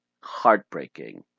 Heartbreaking